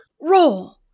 Roll